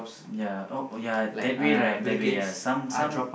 ya oh ya that way right some some